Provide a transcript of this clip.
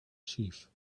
chief